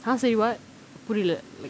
!huh! say [what] புரில:purila li~